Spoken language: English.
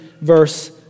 verse